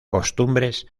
costumbres